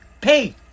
pay